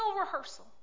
rehearsal